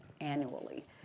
annually